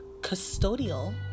custodial